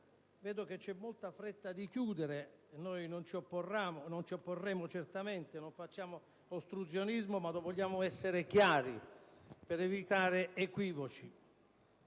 vedo che c'è molta fretta di concludere i nostri lavori. Noi non ci opporremo certamente, non facciamo ostruzionismo; ma vogliamo essere chiari, per evitare equivoci.